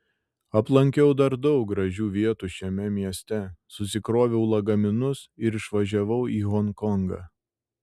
aplankiau dar daug gražių vietų šiame mieste susikroviau lagaminus ir išvažiavau į honkongą